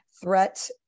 threat